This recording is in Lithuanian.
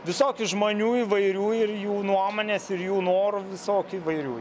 visokių žmonių įvairių ir jų nuomonės ir jų norų visokių įvairių